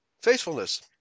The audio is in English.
Faithfulness